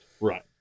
right